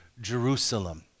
Jerusalem